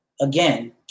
again